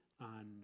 on